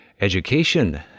Education